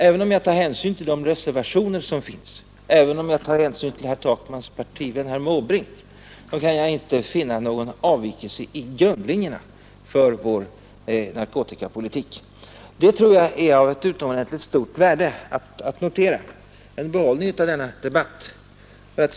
Även om jag tar hänsyn till de reservationer som finns kan jag inte finna någon avvikelse i fråga om grundlinjerna för vår narkotikapolitik. Det tror jag är av utomordentligt stort värde att notera som en behållning av denna debatt.